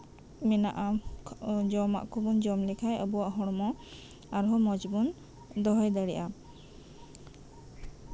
ᱢ ᱮᱱᱟᱜᱼᱟ ᱡᱚᱢᱟᱜ ᱠᱚᱵᱚᱱ ᱡᱚᱢ ᱞᱮᱠᱷᱟᱡ ᱟᱵᱚᱣᱟᱜ ᱦᱚᱲᱢᱚ ᱟᱨᱦᱚᱸ ᱢᱚᱸᱡ ᱵᱚᱱ ᱫᱚᱦᱚ ᱫᱟᱲᱮᱭᱟᱜᱼᱟ